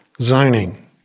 zoning